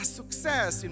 success